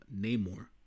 Namor